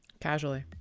Casually